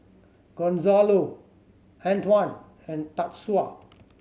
Gonzalo Antwan and Tatsuo